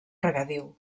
regadiu